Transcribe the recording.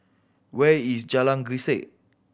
where is Jalan Grisek